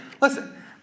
listen